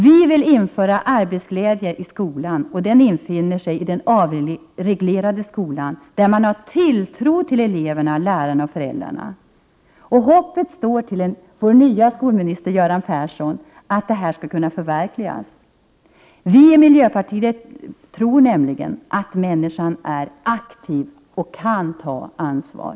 Vi vill införa arbetsglädje i skolan och den kommer att infinna sig i den avreglerade skolan, där man har tilltro till eleverna, lärarna och föräldrarna. Hoppet står nu till vår nye skolminister Göran Persson att detta skall kunna förverkligas. Vi i miljöpartiet tror nämligen att människan är aktiv och kan ta ansvar.